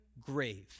grave